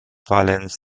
balance